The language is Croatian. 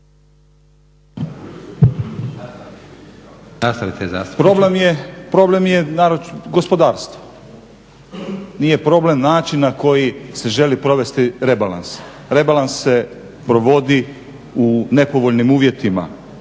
Problem je gospodarstvo. Nije problem naći način na koji se želi provesti rebalans. Rebalans se provodi u nepovoljnim uvjetima.